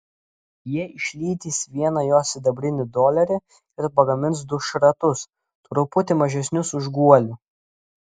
jie išlydys vieną jo sidabrinį dolerį ir pagamins du šratus truputį mažesnius už guolių